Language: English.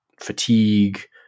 fatigue